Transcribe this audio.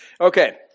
Okay